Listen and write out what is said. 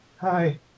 Hi